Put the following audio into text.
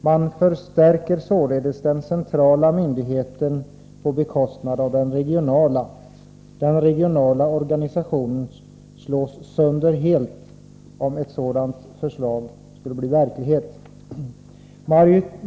Man förstärker således den centrala myndigheten på bekostnad av den regionala. Den regionala organisationen slås sönder helt om ett sådant förslag skulle bli verklighet.